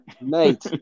Mate